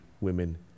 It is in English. women